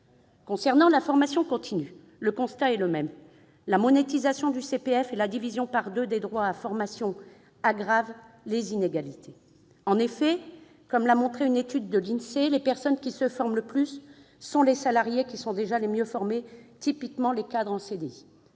Concernant la formation continue, le constat est le même : la monétisation du compte personnel de formation, le CPF, et la division par deux des droits à formation aggravent les inégalités. En effet, comme l'a montré une étude de l'INSEE, les personnes qui se forment le plus sont les salariés qui sont déjà les mieux formés, typiquement les cadres en CDI.